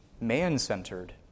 man-centered